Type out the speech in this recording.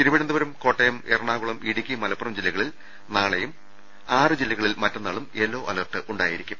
Thiruvananthapuram Kottayam Ernakulam Idukki Malappuram ജില്ലകളിൽ നാളെയും ആറു ജില്ലകളിൽ മറ്റ ന്നാളും യെല്ലോ അലർട്ടായിരിക്കും